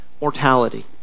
mortality